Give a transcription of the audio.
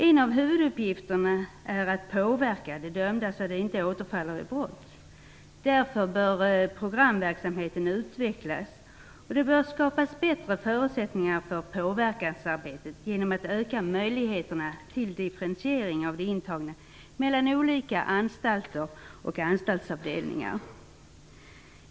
En av huvuduppgifterna är att påverka de dömda så att de inte återfaller i brott. Därför bör programverksamheten utvecklas, och det bör skapas bättre förutsättningar för påverkansarbetet genom att man ökar möjligheterna till differentiering av de intagna mellan olika anstalter och anstaltsavdelningar.